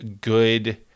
good